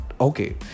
okay